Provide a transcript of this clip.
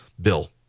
bill